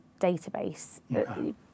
database